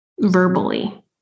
verbally